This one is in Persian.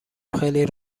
خیلی